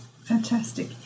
Fantastic